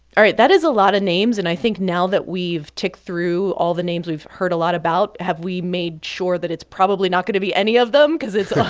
all right. that is a lot of names. and i think now that we've ticked through all the names we've heard a lot about, have we made sure that it's probably not going to be any of them? cause it's.